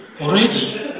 Already